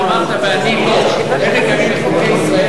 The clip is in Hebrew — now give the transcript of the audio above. אמרת "ואני לא" "הם מקיימים את חוקי ישראל",